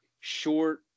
short